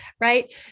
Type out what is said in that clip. right